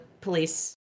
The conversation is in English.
police